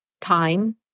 time